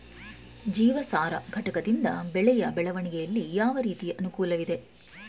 ಜೀವಸಾರ ಘಟಕದಿಂದ ಬೆಳೆಯ ಬೆಳವಣಿಗೆಯಲ್ಲಿ ಯಾವ ರೀತಿಯ ಅನುಕೂಲವಿದೆ?